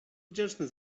wdzięczny